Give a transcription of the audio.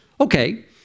Okay